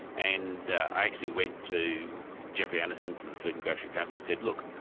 and i actually went to geoffrey annison from the food and grocery council and said look,